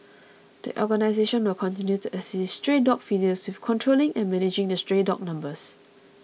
the organisation will continue to assist stray dog feeders with controlling and managing the stray dog numbers